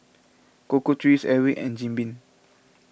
Cocoa Trees Airwick and Jim Beam